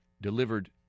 delivered